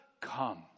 come